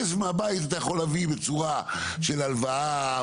כסף מהבית אתה יכול להביא בצורה של הלוואה,